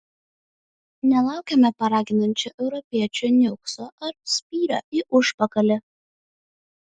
nelaukime paraginančio europiečių niukso ar spyrio į užpakalį